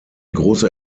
große